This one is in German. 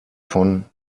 von